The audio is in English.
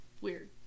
weird